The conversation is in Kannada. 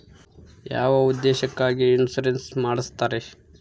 ಯಾವ ಉದ್ದೇಶಕ್ಕಾಗಿ ಇನ್ಸುರೆನ್ಸ್ ಮಾಡ್ತಾರೆ?